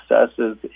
successes